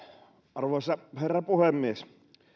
arvoisa herra puhemies